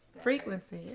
frequency